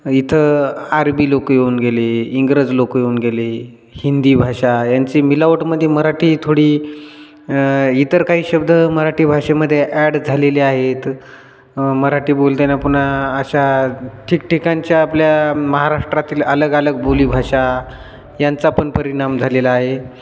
इथं आरबी लोकं येऊन गेले इंग्रज लोकं येऊन गेले हिंदी भाषा यांची मिलावट मध्ये मराठी थोडी इतर काही शब्द मराठी भाषेमधे ॲड झालेले आहेत मराठी बोलताना पुन्हा अशा ठिकठिकाणच्या आपल्या महाराष्ट्रातील अलग अलग बोली भाषा यांचा पण परिणाम झालेला आहे